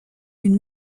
une